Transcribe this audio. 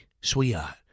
sweetheart